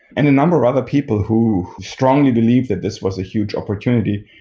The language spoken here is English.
and a number of other people who strongly believed that this was a huge opportunity.